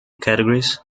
categories